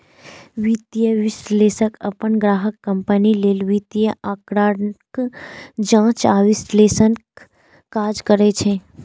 वित्तीय विश्लेषक अपन ग्राहक कंपनी लेल वित्तीय आंकड़ाक जांच आ विश्लेषणक काज करै छै